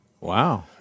Wow